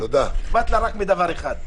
אכפת לה רק מדבר אחד,